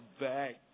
back